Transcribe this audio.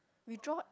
we draw